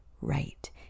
right